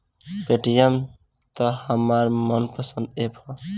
Paytm त हमार मन पसंद ऐप ह